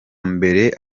mbere